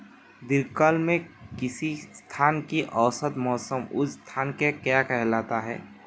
दीर्घकाल में किसी स्थान का औसत मौसम उस स्थान की क्या कहलाता है?